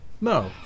No